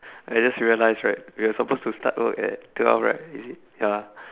I just realise right we are supposed to start work at twelve right is it ya